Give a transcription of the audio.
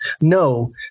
No